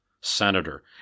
senator